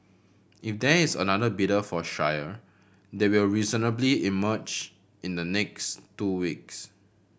if there is another bidder for Shire they will reasonably emerge in the next two weeks